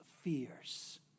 fears